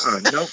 Nope